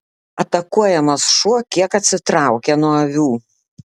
atakuojamas šuo kiek atsitraukė nuo avių